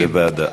הצבעה בכל מקרה.